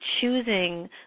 choosing